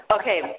Okay